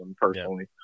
personally